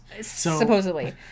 Supposedly